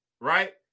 right